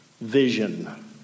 vision